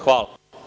Hvala.